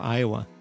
Iowa